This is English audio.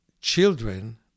children